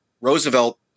Roosevelt